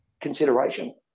consideration